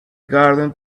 garden